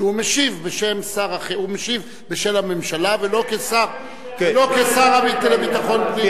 שהוא משיב בשם הממשלה ולא כשר לביטחון פנים.